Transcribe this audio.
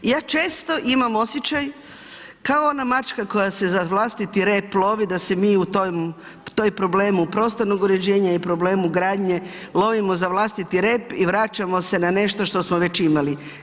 I ja često imam osjećaj, kao ona mačka koja se za vlastiti rep lovi, da se mi u toj problemu prostornog uređenja i problemu gradnje lovimo za vlastiti rep i vraćamo se na nešto što smo već imali.